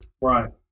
Right